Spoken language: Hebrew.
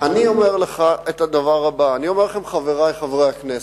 אני אומר לכם, חברי חברי הכנסת,